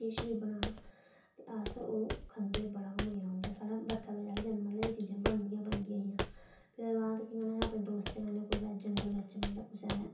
किश बी बनाना ते अस ओह् खंदे हे बड़ा गै मज़ा औना हा ते साढ़े बर्खा आह्ले दिन मतलब एह् चीज़ां बनदियां गै बनदियां हियां ते प्ही ओह्दे बाद दोस्तें कन्नै जंगल कुदै